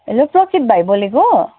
hello Prakrit भाइ बोलेको